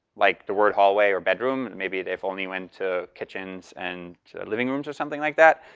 like the word hallway or bedroom, maybe they've only went to kitchens and living rooms or something like that,